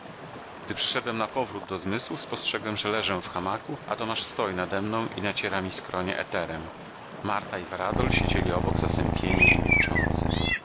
gdy przyszedłem napowrót do zmysłów spostrzegłem że leżę w hamaku a tomasz stoi nademną i naciera mi skronie eterem marta i varadol siedzieli obok zasępieni i milczący